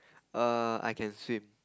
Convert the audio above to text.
err I can swim